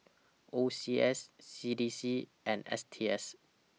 O C S C D C and S T S